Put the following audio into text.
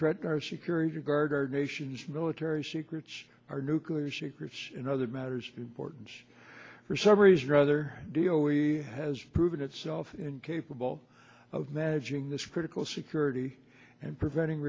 threaten our security guard our nation's military secrets our nuclear secrets and other matters important for some reason or other deal we has proven itself incapable of managing this critical security and preventing